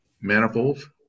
manifolds